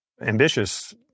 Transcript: ambitious